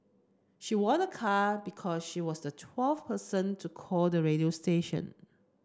she won a car because she was the twelfth person to call the radio station